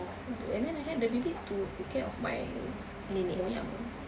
and then I had the bibik to take care of my moyang